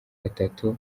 batatu